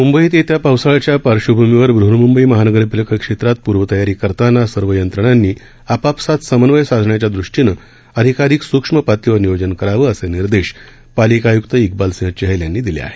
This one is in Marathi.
मुंबईत येत्या पावसाळ्याच्या पार्श्वभूमीवर बहन्मुंबई महानगरपालिका क्षेत्रात पूर्व तयारी करताना सर्व यंत्रणांनी आपापसात समन्वय साधण्याच्या दृष्टीनं अधिकाधिक सुक्ष्म पातळीवर नियोजन करावं असे निर्देश पालिका आयुक्त इक्बाल सिंह चहल यांनी दिले आहेत